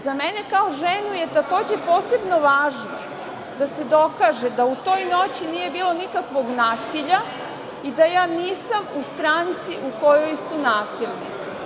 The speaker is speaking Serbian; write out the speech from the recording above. Za mene kao ženu je takođe posebno važno da se dokaže da u toj noći nije bilo nikakvog nasilja i da ja nisam u stranci u kojoj su nasilnici.